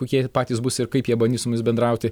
kokie patys bus ir kaip jie bandys su mumis bendrauti